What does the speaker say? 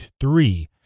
three